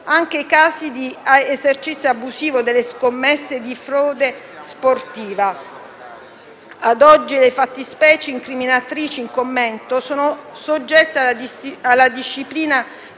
anche ai casi di esercizio abusivo delle scommesse e di frode sportiva. Ad oggi, le fattispecie incriminatrici in commento sono soggette alla disciplina